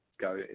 go